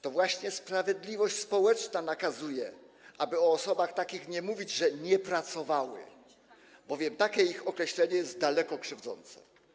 To właśnie sprawiedliwość społeczna nakazuje, aby o osobach takich nie mówić, że nie pracowały, bowiem takie ich określenie jest daleko krzywdzące.